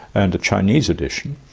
and a chinese edition,